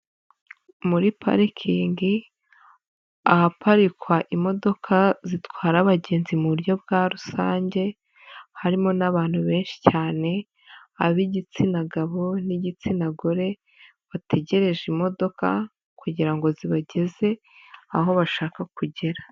Muri parikingi ahaparikwa imodoka zitwara abagenzi mu buryo bwa rusange, harimo n'abantu benshi cyane, ab'igitsina gabo n'igitsina gore, bategereje imodoka kugira ngo zibageze, aho bashaka kugera.